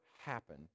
happen